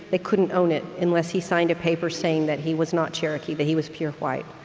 they couldn't own it unless he signed a paper saying that he was not cherokee, that he was pure white.